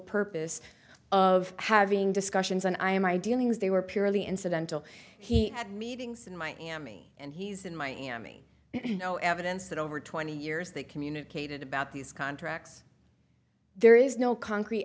purpose of having discussions and i am i dealing as they were purely incidental he had meetings in miami and he's in miami no evidence that over twenty years they communicated about these contracts there is no concrete